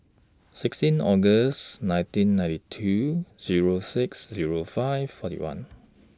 sixteen August nineteen ninety two Zero six Zero five forty one